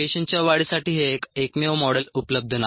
पेशींच्या वाढीसाठी हे एकमेव मॉडेल उपलब्ध नाही